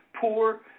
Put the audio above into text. poor